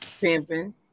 Pimping